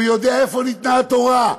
הוא יודע איפה ניתנה התורה.